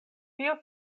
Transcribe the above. tio